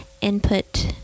input